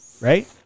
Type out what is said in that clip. right